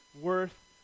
worth